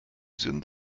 sind